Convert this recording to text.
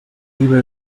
were